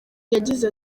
yagize